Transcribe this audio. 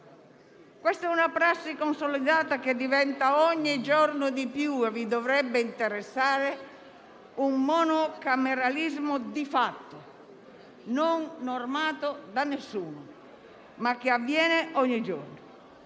Questa è una prassi consolidata, che diventa ogni giorno di più - e vi dovrebbe interessare - un monocameralismo di fatto, non normato da nessuno, ma che avviene ogni giorno